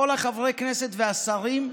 כל חברי הכנסת והשרים,